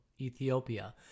Ethiopia